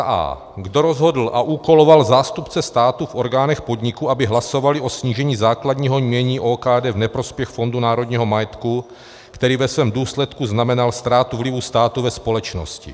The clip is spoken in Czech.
a) kdo rozhodl a úkoloval zástupce státu v orgánech podniku, aby hlasovali o snížení základního jmění OKD v neprospěch Fondu národního majetku, který ve svém důsledku znamenal ztrátu vlivu státu ve společnosti,